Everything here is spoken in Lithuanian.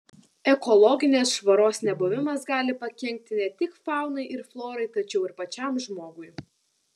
ekologinės švaros nebuvimas gali pakenkti ne tik faunai ir florai tačiau ir pačiam žmogui